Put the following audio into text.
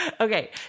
Okay